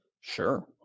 Sure